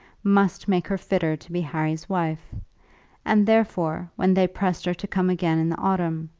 must make her fitter to be harry's wife and, therefore, when they pressed her to come again in the autumn,